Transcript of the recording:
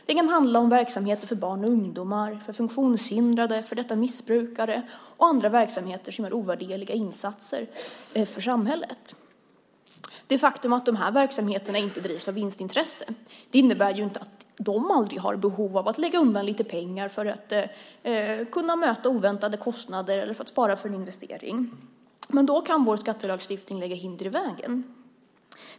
Det kan vara verksamheter för barn och ungdomar, för funktionshindrade, för före detta missbrukare och andra verksamheter som är ovärderliga insatser för samhället. Det faktum att de verksamheterna inte drivs av vinstintressen innebär inte att de aldrig har behov av att lägga undan lite pengar för att kunna möta oväntade kostnader eller spara för investering. Då kan vår skattelagstiftning lägga hinder i vägen.